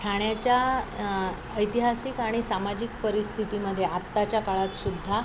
ठाण्याच्या ऐतिहासिक आणि सामाजिक परिस्थितीमध्ये आत्ताच्या काळात सुद्धा